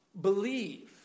believe